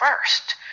first